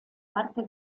parte